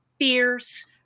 fierce